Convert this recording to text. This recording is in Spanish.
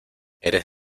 eres